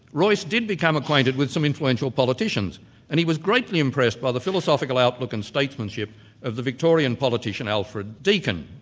royce did become acquainted with some influential politicians and he was greatly impressed by the philosophical outlook and statesmanship of the victorian politician, alfred deakin.